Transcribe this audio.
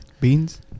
beans